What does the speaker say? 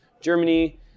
Germany